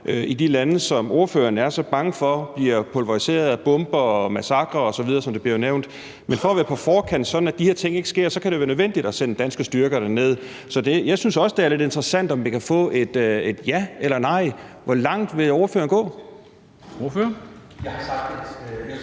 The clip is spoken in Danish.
i de lande, som ordføreren er så bange for bliver pulveriseret af bomber og massakrer osv., som det bliver nævnt. Men for at være på forkant, sådan at de her ting ikke sker, kan det være nødvendigt at sende danske styrker derned. Så jeg synes også, at det er lidt interessant, om vi kan få et ja eller et nej. Hvor langt vil ordføreren gå?